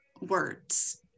words